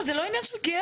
זה לא עניין של גאה,